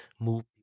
move